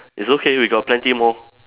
it's okay we got plenty more